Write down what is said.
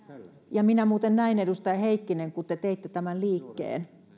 ja minä muuten näin edustaja heikkinen kun te teitte tämän